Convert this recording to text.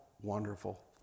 wonderful